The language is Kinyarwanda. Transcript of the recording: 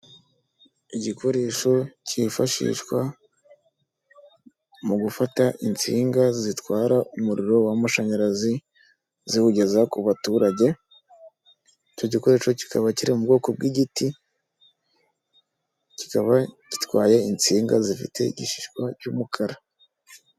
Igikoresho kifashishwa mu gufata insinga zitwara umuriro w'amashanyarazi ziwugeza ku baturage, icyo gikoresho kikaba kiri mu bwoko bw'igiti kikaba gitwaye insinga zifie igishishwa cy'umukara.